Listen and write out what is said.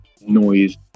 noise